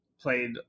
played